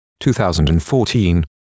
2014